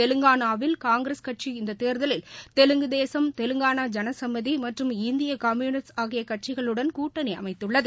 தெலங்கானாவில் காங்கிரஸ் கட்சி இந்த தேர்தலில் தெலுங்கு தேசம் தெலங்கானா ஜனசமீதி மற்றும் இந்திய கம்யுனிஸ்ட் ஆகிய கட்சிகளுடன் கூட்டணி அமைத்துள்ளது